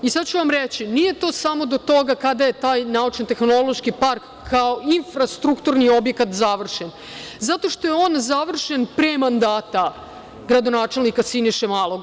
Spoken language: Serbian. Reći ću vam sada, nije samo do toga kada je taj Naučno-tehnološki park kao infrastrukturni objekat završen zato što je on završen pre mandata gradonačelnika Siniše Malog.